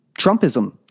Trumpism